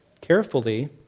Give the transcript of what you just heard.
carefully